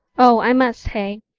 oh, i must, hey?